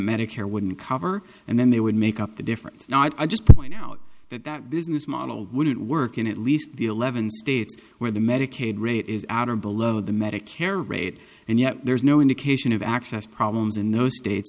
medicare wouldn't cover and then they would make up the difference not just point out that that business model wouldn't work in at least the eleven states where the medicaid rate is out or below the medicare rate and yet there's no indication of access problems in those